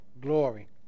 glory